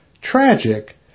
tragic